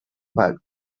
about